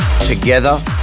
Together